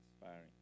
inspiring